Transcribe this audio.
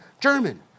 German